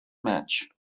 match